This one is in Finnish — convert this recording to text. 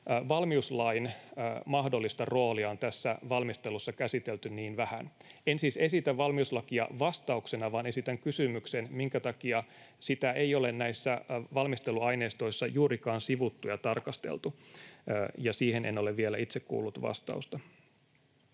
valmiuslain mahdollista roolia on tässä valmistelussa käsitelty niin vähän. En siis esitä valmiuslakia vastauksena, vaan esitän kysymyksen, minkä takia sitä ei ole näissä valmisteluaineistoissa juurikaan sivuttu ja tarkasteltu, ja siihen en ole vielä itse kuullut vastausta.